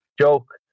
joke